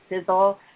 sizzle